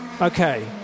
Okay